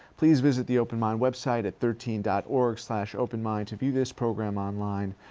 please visit the open mind website at thirteen dot org slash openmind to view this program online,